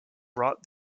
brought